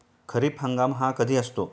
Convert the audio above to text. खरीप हंगाम हा कधी असतो?